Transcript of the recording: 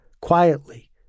Quietly